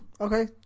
Okay